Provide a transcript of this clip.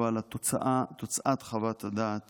אבל תוצאת חוות הדעת